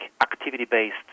activity-based